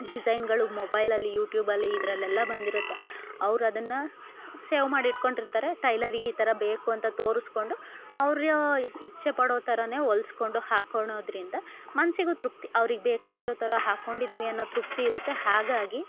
ಡಿಸೈನ್ಗಳು ಮೊಬೈಲಲ್ಲಿ ಯುಟ್ಯೂಬಲ್ಲಿ ಇದರಲ್ಲೆಲ್ಲ ಬಂದಿರುತ್ತೆ ಅವ್ರು ಅದನ್ನು ಸೇವ್ ಮಾಡಿ ಇಟ್ಕೊಂಡಿರ್ತಾರೆ ಟೈಲರಿಗೆ ಈ ಥರ ಬೇಕು ಅಂತ ತೋರಿಸ್ಕೊಂಡು ಅವ್ರ ಇಚ್ಛೆ ಪಡೋ ಥರಾ ಹೊಲಿಸ್ಕೊಂಡು ಹಾಕೊಳೋದ್ರಿಂದ ಮನಸ್ಸಿಗು ತೃಪ್ತಿ ಅವ್ರಿಗೆ ಬೇಕಾಗಿರೋ ಥರ ಹಾಕೊಂಡಿದೀವಿ ಅನ್ನೋ ತೃಪ್ತಿ ಇರುತ್ತೆ ಹಾಗಾಗಿ